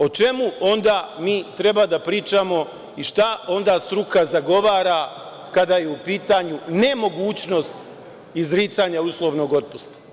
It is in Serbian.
O čemu onda mi treba da pričamo i šta onda struka zagovara kada je u pitanju nemogućnost izricanja uslovnog otpusta.